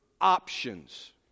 options